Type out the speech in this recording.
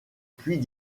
puits